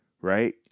right